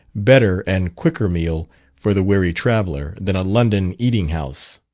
better, and quicker meal for the weary traveller, than a london eating-house.